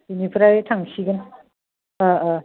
बेनिफ्राय थांसिगोन अ अ